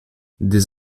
des